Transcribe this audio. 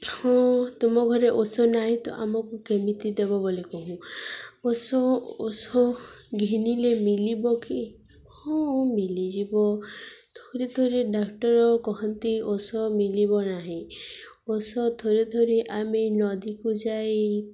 ହଁ ତୁମ ଘରେ ଔଷଧ ନାହିଁ ତ ଆମକୁ କେମିତି ଦେବ ବୋଲି କହୁ ଔଷଧ ଔଷଧ ଘିଣିଲେ ମିଲିବ କି ହଁ ମିଳିଯିବ ଥରେ ଥରେ ଡାକ୍ତର କୁହନ୍ତି ଔଷଧ ମିଲିବ ନାହିଁ ଔଷଧ ଥରେ ଧଥରି ଆମେ ନଦୀକୁ ଯାଇ